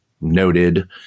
noted